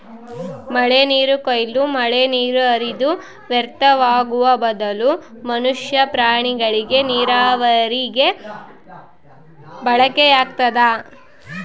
ಮಳೆನೀರು ಕೊಯ್ಲು ಮಳೆನೀರು ಹರಿದು ವ್ಯರ್ಥವಾಗುವ ಬದಲು ಮನುಷ್ಯ ಪ್ರಾಣಿಗಳಿಗೆ ನೀರಾವರಿಗೆ ಬಳಕೆಯಾಗ್ತದ